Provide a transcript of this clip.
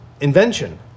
invention